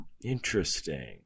Interesting